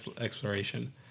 exploration